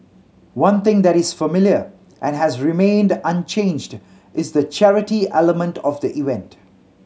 one thing that is familiar and has remained unchanged is the charity element of the event